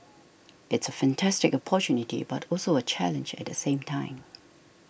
it's a fantastic opportunity but also a challenge at the same time